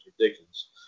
ridiculous